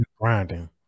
grinding